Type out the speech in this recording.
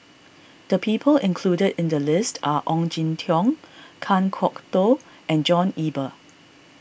the people included in the list are Ong Jin Teong Kan Kwok Toh and John Eber